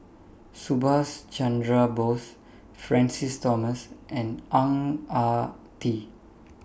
Subhas Chandra Bose Francis Thomas and Ang Ah Tee